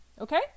Okay